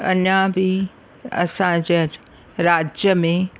अञा बि असांजे अॼु राज्य में